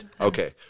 Okay